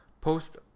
post